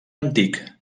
antic